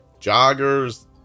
joggers